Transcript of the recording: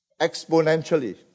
exponentially